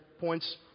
points